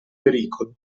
pericolo